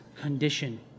condition